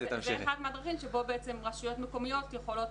זה אחת מהדרכים שבו בעצם רשויות מקומיות יכולות